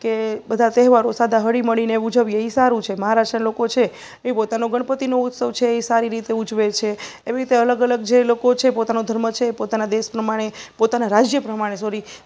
કે બધા તહેવારો સદા હળીમળીને ઉજવીએ એ સારું છે મહારાષ્ટ્રના લોકો છે એ પોતાનો ગણપતિનો ઉત્સવ છે એ સારી રીતે ઉજવે છે એવી રીતે અલગ અલગ જે લોકો છે પોતાનો ધર્મ છે પોતાના દેશ પ્રમાણે પોતાના રાજ્ય પ્રમાણે સોરી